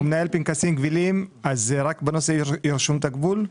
הוא מנהל פנקסים קבילים, אז רק בנושא רישום תקבול?